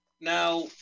Now